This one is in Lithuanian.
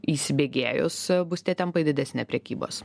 įsibėgėjus bus tie tempai didesni prekybos